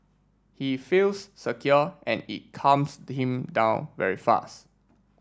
he feels secure and it calms him down very fast